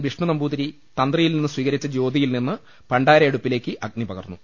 വിഷ്ണുനമ്പൂതിരി തന്ത്രിയിൽ നിന്ന് സ്വീകരിച്ച ജ്യോതിയിൽ നിന്ന് പണ്ടാരയടുപ്പിലേക്ക് അഗ്നിപകർന്നു